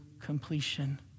completion